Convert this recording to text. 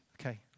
Okay